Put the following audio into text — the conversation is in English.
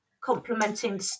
complementing